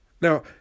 Now